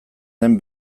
den